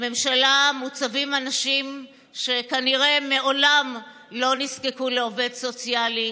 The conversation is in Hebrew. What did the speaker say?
בממשלה מוצבים אנשים שכנראה מעולם לא נזקקו לעובד סוציאלי,